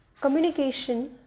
communication